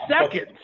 seconds